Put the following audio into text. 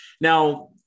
Now